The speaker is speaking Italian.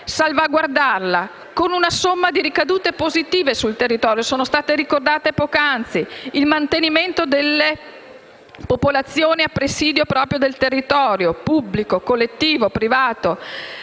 salvaguardarla, con una somma di ricadute positive sul territorio, che sono state ricordate poc'anzi: il mantenimento delle popolazioni a presidio del territorio pubblico, collettivo e privato;